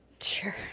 Sure